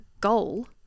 goal